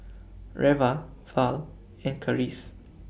Reva Val and Charisse